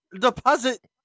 deposit